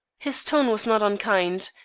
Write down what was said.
his tone was not unkind,